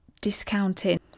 discounting